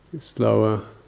slower